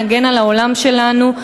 נגן על העולם שלנו,